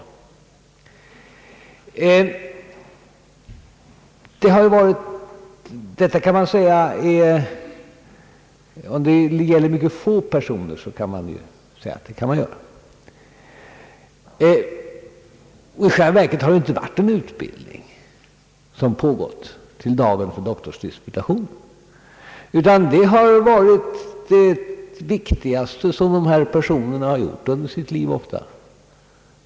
Om det hade gällt mycket få personer kunde detta kanske gå för sig, Men i själva verket har det inte varit fråga om en utbildning som pågått till dagen för doktorsdisputationen, utan doktorsavhandlingen har ofta varit det viktigaste som dessa personer har gjort i sitt liv.